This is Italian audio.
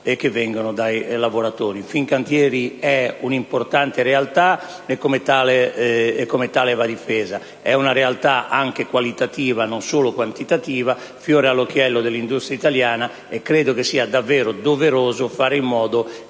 Fincantieri è un'importante realtà e come tale va difesa; è una realtà anche qualitativa, non solo quantitativa, fiore all'occhiello dell'industria italiana, e credo che sia davvero doveroso fare in modo che non ci